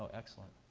excellent.